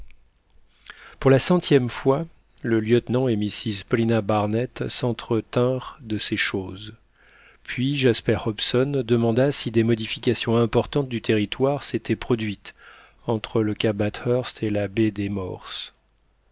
pour la centième fois le lieutenant et mrs paulina barnett s'entretinrent de ces choses puis jasper hobson demanda si des modifications importantes du territoire s'étaient produites entre le cap bathurst et la baie des